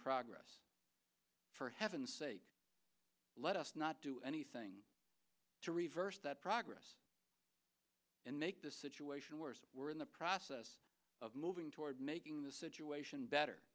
progress for heaven's sake let us not do anything to reverse that progress and make the situation worse we're in the process of moving toward making the situation better